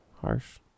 harsh